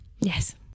Yes